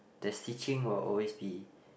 the stitching will always be